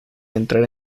entrar